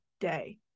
day